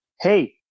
hey